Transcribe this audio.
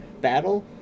battle